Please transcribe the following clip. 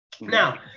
Now